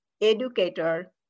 educator